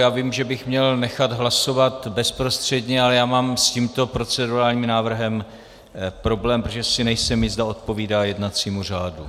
Já vím, že bych měl nechat hlasovat bezprostředně, ale já mám s tímto procedurálním návrhem problém, protože si nejsem jist, zda odpovídá jednacímu řádu.